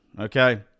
Okay